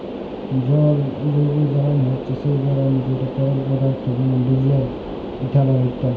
জল জৈবজ্বালানি হছে সেই জ্বালানি যেট তরল পদাথ্থ যেমল ডিজেল, ইথালল ইত্যাদি